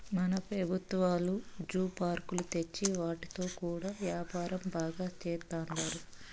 మన పెబుత్వాలు జూ పార్కులు తెచ్చి వాటితో కూడా యాపారం బాగా సేత్తండారు